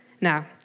Now